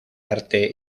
arte